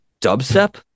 dubstep